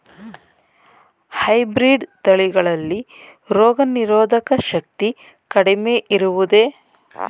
Hybrid ತಳಿಗಳಲ್ಲಿ ರೋಗನಿರೋಧಕ ಶಕ್ತಿ ಕಡಿಮೆ ಇರುವುದೇ?